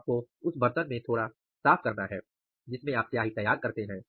आपको उस बर्तन को थोड़ा साफ करना है जिसमे आप स्याही तैयार करते हैं